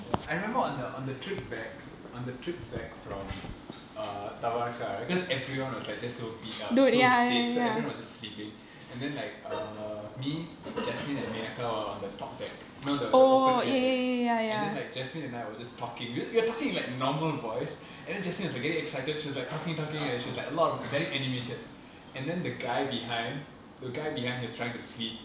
ya I remember on the on the trip back on the trip back from err tabarca right cause everyone was like just so beat up so dead so everyone was just sleeping and then like err me jasmine and were on the top deck you know the the open air deck and then like jasmine and I were just talking we're we're talking in like normal voice and then jasmine was like getting excited she was like talking talking and she was like a lot very animated and then the guy behind the guy behind he was trying to sleep